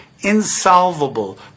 insolvable